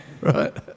right